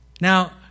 Now